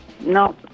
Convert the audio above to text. No